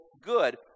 good